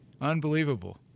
unbelievable